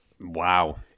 Wow